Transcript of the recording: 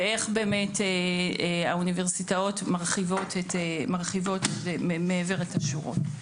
ואיך באמת האוניברסיטאות מרחיבות מעבר את השורות.